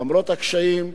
למרות הקשיים,